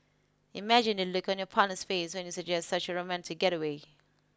imagine the look on your partner's face when you suggest such a romantic getaway